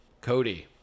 Cody